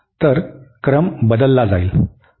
तर क्रम बदलला जाईल